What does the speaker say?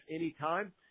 anytime